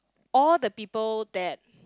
all the people that